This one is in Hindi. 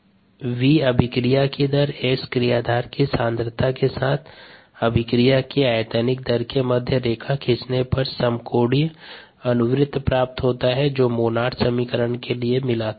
Where V अभिक्रिया की दर और S क्रियाधार की सांद्रता के साथ अभिक्रिया की आयतनिक दर के मध्य रेखा खींचने समकोणीय अनुवृत्त प्राप्त होता है जो मोनोड समीकरण के लिए मिला था